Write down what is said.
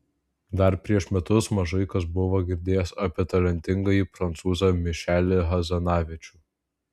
dar prieš metus mažai kas buvo girdėjęs apie talentingąjį prancūzą mišelį hazanavičių